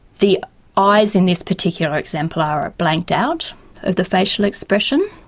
the eyes in this particular example ah are blanked out of the facial expression,